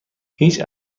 هیچ